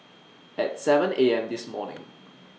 At seven A M This morning